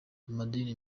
amadini